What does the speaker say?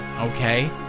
okay